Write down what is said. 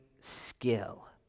skill